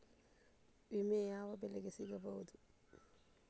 ವಿಮೆ ಯಾವ ಬೆಳೆಗೆ ಸಿಗಬಹುದು?